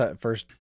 first